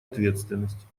ответственность